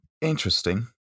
interesting